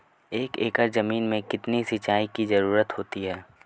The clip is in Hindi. एक एकड़ ज़मीन में कितनी सिंचाई की ज़रुरत होती है?